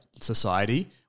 society